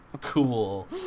cool